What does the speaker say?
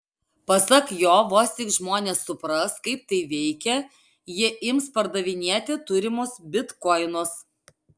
pasak jo vos tik žmonės supras kaip tai veikia jie ims pardavinėti turimus bitkoinus